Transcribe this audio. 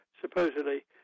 supposedly